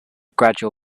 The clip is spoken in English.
gradual